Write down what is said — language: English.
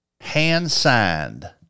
hand-signed